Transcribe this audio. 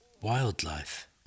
wildlife